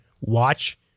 watch